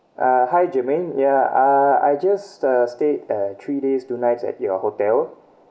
uh hi germaine ya uh I just uh stayed uh three days two nights at your hotel